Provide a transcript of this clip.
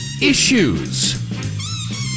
issues